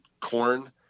corn